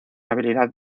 habilidad